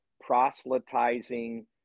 proselytizing